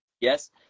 yes